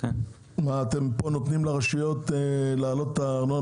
בכמה אחוזים הרשויות יעלו את הארנונה